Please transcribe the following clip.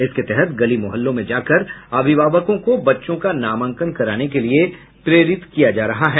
इसके तहत गली मुहल्लों में जाकर अभिभावकों को बच्चों का नामांकन कराने के लिये प्रेरित किया जा रहा है